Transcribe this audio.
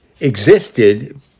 existed